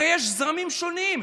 הרי יש זרמים שונים.